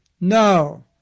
No